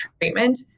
treatment